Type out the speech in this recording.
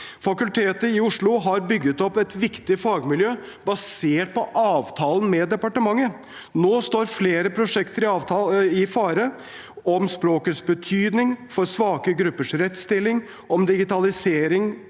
fakultetet ved UiO har bygget opp et viktig fagmiljø basert på avtalen med departementet. Nå står flere prosjekter i fare: – om språkets betydning for svake gruppers rettsstilling – om digitaliseringsvennlig